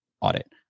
audit